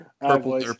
purple